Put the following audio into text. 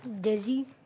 Dizzy